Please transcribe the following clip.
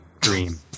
dream